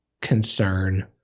concern